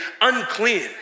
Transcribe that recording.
unclean